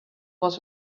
was